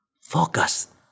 focus